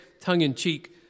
tongue-in-cheek